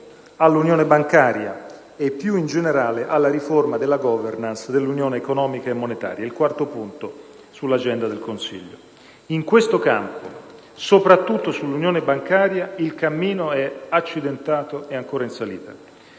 all'unione bancaria, e più in generale alla riforma della *governance* dell'Unione economica e monetaria: il quarto punto sull'agenda del Consiglio. In questo campo, soprattutto sull'unione bancaria, il cammino è accidentato e ancora in salita;